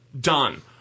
done